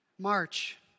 March